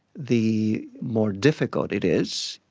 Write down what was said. the more difficult it is,